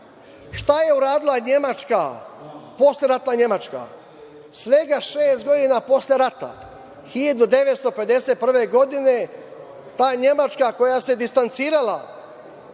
rat. Šta je uradila posleratna Nemačka? Svega šest godina posle rata, 1951. godine, ta Nemačka koja se distancirala